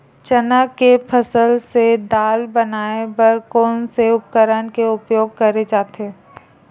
चना के फसल से दाल बनाये बर कोन से उपकरण के उपयोग करे जाथे?